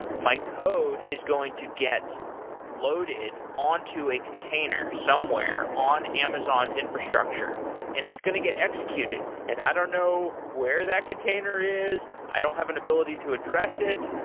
my code is going to get loaded onto a container somewhere on amazon's infrastructure and it's going to get executed and i don't know where that container is, i don't have an ability to address it,